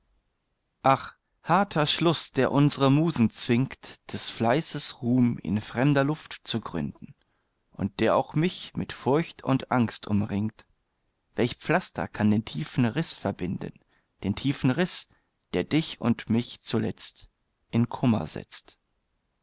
ach harter schluß der unsre musen zwingt des fleißes ruhm in fremder luft zu gründen und der auch mich mit furcht und angst umringt welch pflaster kann den tiefen riß verbinden den tiefen riß der dich und mich zuletzt in kummer setzt